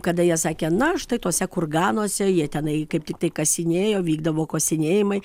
kada jie sakė na štai tuose kur ganosi jie tenai kaip tiktai kasinėjo vykdavo kasinėjimai